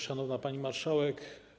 Szanowna Pani Marszałek!